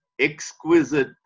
exquisite